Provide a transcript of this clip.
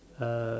uh